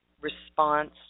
response